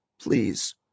please